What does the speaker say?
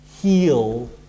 Heal